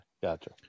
gotcha